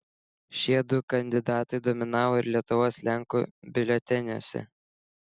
šie du kandidatai dominavo ir lietuvos lenkų biuleteniuose